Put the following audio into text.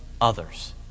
others